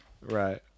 Right